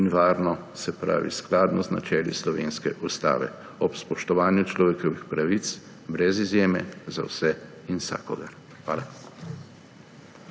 in varno, se pravi skladno z načeli slovenske ustave, ob spoštovanju človekovih pravic brez izjeme za vse in vsakogar. Hvala.